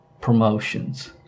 promotions